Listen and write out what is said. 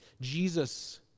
Jesus